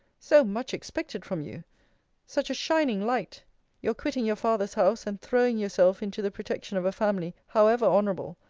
so much expected from you such a shining light your quitting your father's house, and throwing yourself into the protection of a family, however honourable,